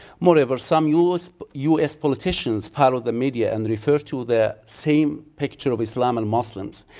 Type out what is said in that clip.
moreover, some us us politicians parroted the media and refer to the same picture of islam and muslims.